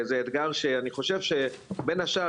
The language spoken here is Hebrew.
זה אתגר שאני חושב שבין השאר